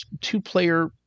two-player